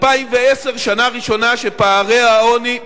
2010 שנה ראשונה שפערי העוני,